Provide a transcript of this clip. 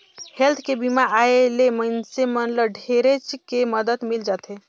health के बीमा आय ले मइनसे मन ल ढेरेच के मदद मिल जाथे